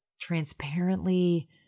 transparently